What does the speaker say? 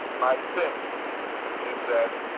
my sense is that,